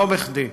ולא בכדי.